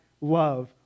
love